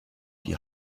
die